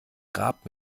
grab